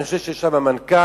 אני חושב שיש שם מנכ"ל,